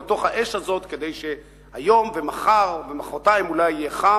לתוך האש הזאת כדי שהיום ומחר ומחרתיים אולי יהיה חם,